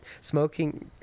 smoking